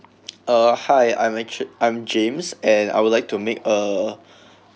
uh hi I'm ac~ I'm james and I would like to make uh